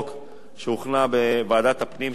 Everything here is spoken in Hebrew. שהוכנה בוועדת הפנים של הכנסת,